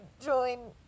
join